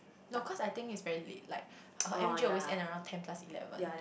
no cause I think is very late like her M_J always end around ten plus eleven